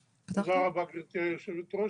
רבה, גברתי היושבת-ראש.